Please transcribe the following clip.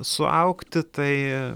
suaugti tai